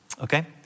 okay